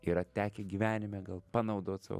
yra tekę gyvenime gal panaudot savo